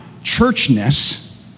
churchness